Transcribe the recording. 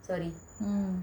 mm